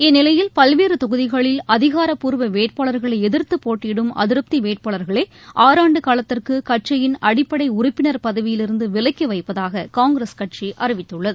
இந்நிலையில் பல்வேறு தொகுதிகளில் அதிகாரபூர்வ வேட்பாளர்களை எதிர்த்து போட்டியிடும் அதிருப்தி வேட்பாளர்களை ஆறாண்டு காலத்திற்கு கட்சியின் அடிப்படை உறுப்பினர் பதவியிலிருந்து விலக்கி வைப்பதாக காங்கிரஸ் கட்சி அறிவித்துள்ளது